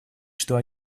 что